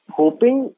hoping